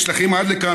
נשלחים עד לכאן,